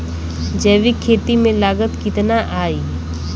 जैविक खेती में लागत कितना आई?